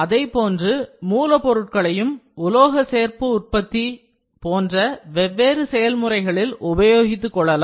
அதேபோன்று மூலப் பொருட்களையும் உலோக சேர்ப்பு உற்பத்தி Metal Additive Manufacturing போன்ற வெவ்வேறு செயல்முறைகளில் உபயோகித்துக்கொள்ளலாம்